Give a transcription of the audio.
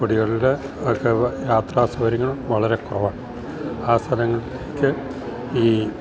കുടികളിൽ ഒക്കെ യാത്രാസൗകര്യങ്ങളും വളരെ കുറവാണ് ആ സ്ഥലങ്ങൾളേക്ക് ഈ